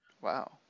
Wow